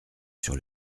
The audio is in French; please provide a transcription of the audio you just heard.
sur